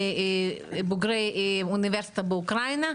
בוגרי אוניברסיטה באוקראינה,